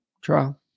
trial